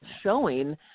showing